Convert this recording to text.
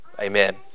Amen